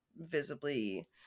visibly